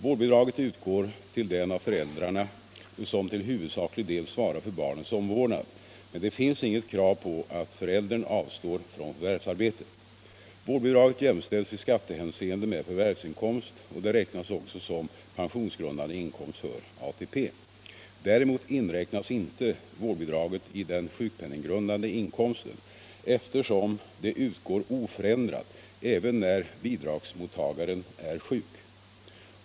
Vårdbidraget utgår till den av föräldrarna som till huvudsaklig del svarar för barnets omvårdnad, men det finns inget krav på att föräldern avstår från förvärvsarbete. Vårdbidraget jämställs i skattehänseende med förvärvsinkomst och det räknas också som pensionsgrundande inkomst för ATP. Däremot inräknas inte vårdbidraget i den sjukpenninggrundande inkomsten eftersom det utgår oförändrat även när bidragsmottagaren är sjuk.